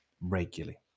regularly